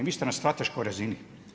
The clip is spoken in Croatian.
Vi ste na strateškoj razini.